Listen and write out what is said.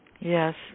Yes